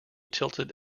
tilted